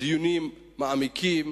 בדיונים מעמיקים,